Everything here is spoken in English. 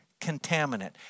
contaminant